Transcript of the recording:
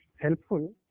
helpful